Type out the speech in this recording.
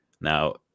Now